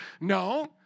No